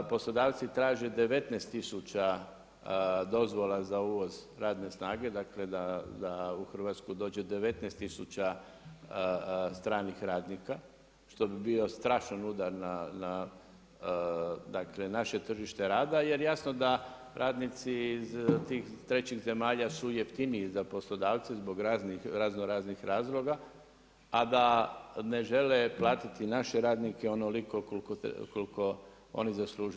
Poslodavci traže 19 tisuća dozvola za uvoz radne snage, dakle da u Hrvatsku dođe 19 tisuća stranih radnika što bi bio strašan udar na naše tržište rada jer jasno da radnici iz tih trećih zemalja su jeftiniji za poslodavce zbog raznih raznoraznih razloga, a da ne žele platiti naše radnike onoliko koliko oni zaslužuju.